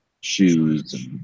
shoes